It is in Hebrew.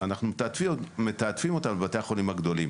אנחנו מתעדפים אותם לבתי החולים הגדולים,